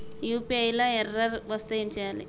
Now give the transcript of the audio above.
UPI లా error వస్తే ఏం చేయాలి?